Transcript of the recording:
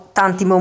tanti